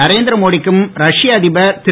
நரேந்திரமோடி க்கும் ரஷ்ய அதிபர் திரு